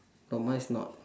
no mine is not